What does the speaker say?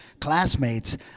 classmates